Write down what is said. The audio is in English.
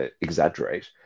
exaggerate